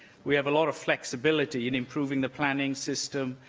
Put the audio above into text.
we have a lot of flexibility in improving the planning system,